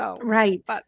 Right